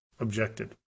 objected